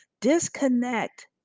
disconnect